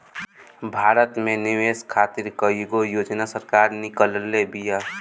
भारत में निवेश खातिर कईगो योजना सरकार निकलले बिया